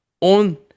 on